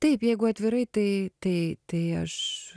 taip jeigu atvirai tai tai tai aš